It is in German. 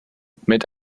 mit